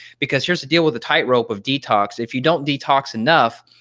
because here's the deal with the tightrope of detox, if you don't detox enough,